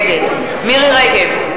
נגד מירי רגב,